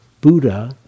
Buddha